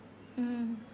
mm